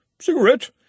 Cigarette